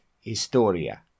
Historia